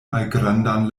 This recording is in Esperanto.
malgrandan